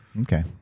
Okay